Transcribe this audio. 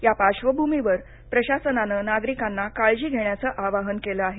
त्या पार्श्वभूमीवर प्रशासनानं नागरिकांना काळजी घेण्याचं आवाहन केल आहे